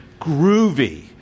groovy